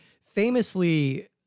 famously